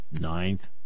ninth